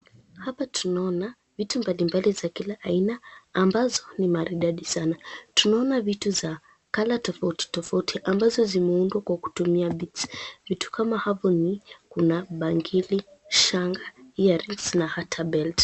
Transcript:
Hapa tunaoana vitu mbalimbali za kila iana ambazo ni maridadi sana. Tunaoana vitu za colour tofauti tofauti ambazo zimeundwa kwa kutumia beads . Vitu kama hapo kuna bangili, shanga, earings na hata belt .